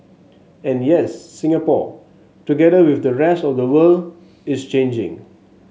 and yes Singapore together with the rest of the world is changing